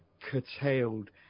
curtailed